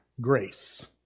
grace